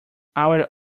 our